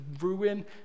ruin